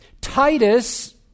Titus